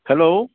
hello